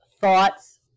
thoughts